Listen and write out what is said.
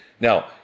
Now